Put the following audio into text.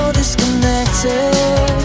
disconnected